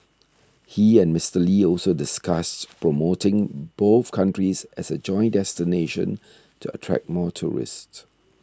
he and Mister Lee also discussed promoting both countries as a joint destination to attract more tourists